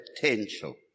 potential